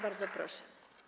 Bardzo proszę.